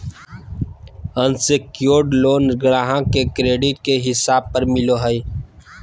unsecured loan ग्राहक के credit के हिसाब पर मिलो हय